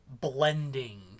blending